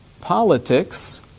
politics